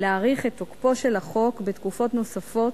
להאריך את תוקפו של החוק בתקופות נוספות,